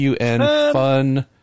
Fun